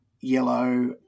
yellow